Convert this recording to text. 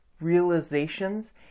realizations